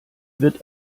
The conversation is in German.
wird